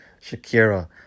Shakira